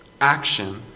Action